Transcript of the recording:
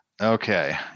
Okay